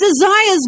desires